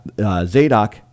Zadok